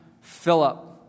Philip